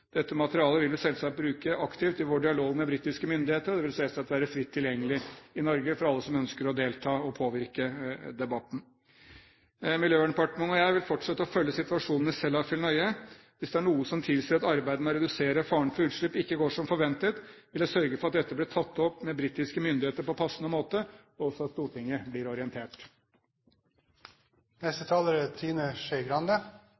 Dette materialet vil vi selvsagt bruke aktivt i vår dialog med britiske myndigheter, og det vil selvsagt være fritt tilgjengelig i Norge for alle som ønsker å delta og påvirke debatten. Miljøverndepartementet og jeg vil fortsette å følge situasjonen ved Sellafield nøye. Hvis det er noe som tilsier at arbeidet med å redusere faren for utslipp ikke går som forventet, vil jeg sørge for at dette blir tatt opp med britiske myndigheter på passende måte, og for at Stortinget blir